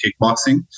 kickboxing